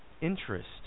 interest